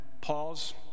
pause